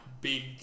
big